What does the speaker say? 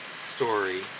story